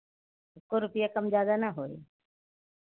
एको रुपैया कम ज़्यादा ना होई